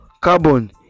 carbon